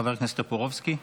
חבר הכנסת טופורובסקי.